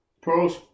Pro's